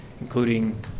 including